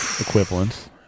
equivalent